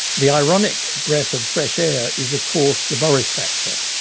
the ironic breath of fresh air is of course the boris factor.